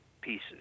pieces